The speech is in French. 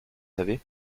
savez